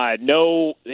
no